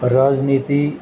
راجنیتی